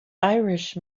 irish